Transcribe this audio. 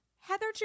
Heather